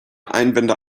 einwände